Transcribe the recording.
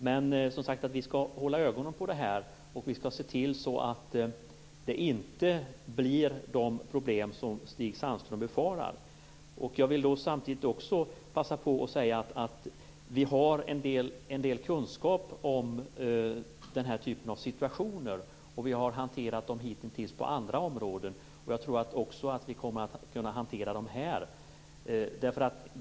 Men vi skall som sagt hålla ögonen på det här och se till så att de problem som Stig Sandström befarar inte uppstår. Jag vill samtidigt passa på att säga att vi har en del kunskap om den här typen av situationer som vi hittills har hanterat på andra områden. Jag tror att vi kommer att kunna hantera situationen också här.